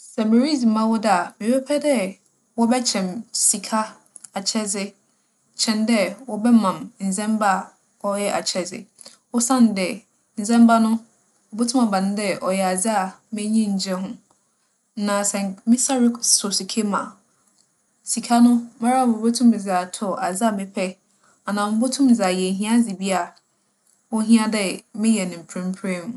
Sɛ miridzi m'awoda a, mebɛpɛ dɛ wͻbɛkyɛ me sika akyɛdze kyɛn dɛ wͻbɛma me ndzɛmba a ͻyɛ akyɛdze. Osiandɛ, ndzɛmba no, obotum aba no dɛ ͻyɛ ndzɛmba a m'enyi nngye ho. Na sɛ nk - me nsa rek - sͻ sika mu a, sika no, mara mubotum medze atͻ adze a mepɛ. Anaa mubotum medze ayɛ ehiadze bi a ohia dɛ meyɛ no mprɛmprɛn yi mu.